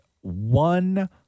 one